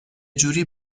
جوری